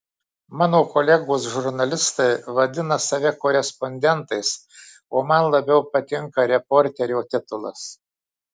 mano kolegos žurnalistai vadina save korespondentais o man labiau patinka reporterio titulas